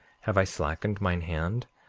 have i slackened mine hand,